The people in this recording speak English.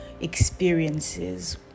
experiences